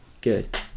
good